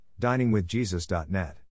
diningwithjesus.net